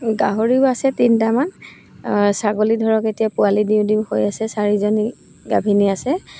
গাহৰিও আছে তিনিটামান ছাগলী ধৰক এতিয়া পোৱালি দিওঁ দিওঁ হৈ আছে চাৰিজনী গাভিনী আছে